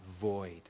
void